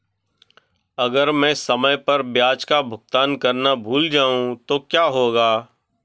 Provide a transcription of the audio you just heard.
अगर मैं समय पर ब्याज का भुगतान करना भूल जाऊं तो क्या होगा?